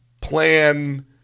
plan